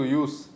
use